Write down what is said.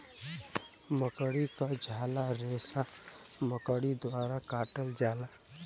मकड़ी क झाला रेसा मकड़ी द्वारा काटल जाला